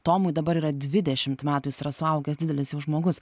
tomui dabar yra dvidešimt metų jis yra suaugęs didelis jau žmogus